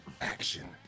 action